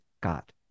got